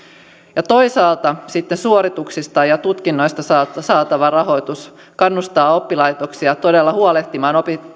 toisaalta sitten suorituksista ja tutkinnoista saatava rahoitus kannustaa oppilaitoksia todella huolehtimaan